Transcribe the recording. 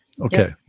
Okay